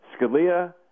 Scalia